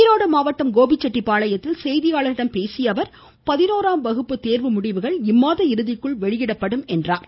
ஈரோடு மாவட்டம் கோபிசெட்டிபாளையத்தில் செய்தியாளர்களிடம் பேசிய அவர் பதினோறாம் வகுப்பு தேர்வு முடிவுகள் இம்மாத இறுதிக்குள் வெளியிடப்படும் என்றார்